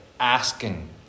Asking